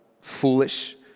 foolish